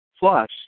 Plus